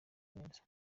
neza